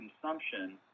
consumption